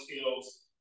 skills